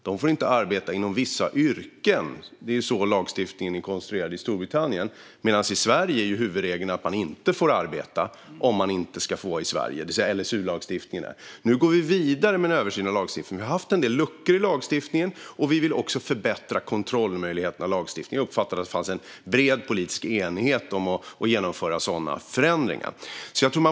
De får inte arbeta inom vissa yrken så som lagstiftningen är konstruerad i Storbritannien, men i Sverige är huvudregeln att personer inte får arbeta om de inte får vara i Sverige, enligt LSU-lagstiftningen. Nu går vi vidare med en översyn av lagstiftningen, där vi har haft en del luckor. Vi vill också förbättra kontrollmöjligheterna i lagstiftningen. Jag uppfattar att det finns en bred politisk enighet om att genomföra sådana förändringar.